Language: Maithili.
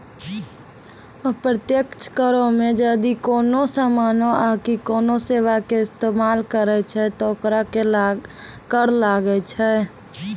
अप्रत्यक्ष करो मे जदि कोनो समानो आकि कोनो सेबा के इस्तेमाल करै छै त ओकरो कर लागै छै